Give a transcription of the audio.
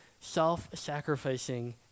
self-sacrificing